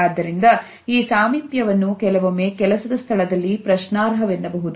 ಆದ್ದರಿಂದ ಈ ಸಾಮಿಪ್ಯವನ್ನು ಕೆಲವೊಮ್ಮೆ ಕೆಲಸದ ಸ್ಥಳದಲ್ಲಿ ಪ್ರಶ್ನಾರ್ಹ ವೆನ್ನಬಹುದು